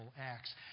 acts